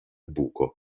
buco